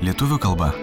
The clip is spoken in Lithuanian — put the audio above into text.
lietuvių kalba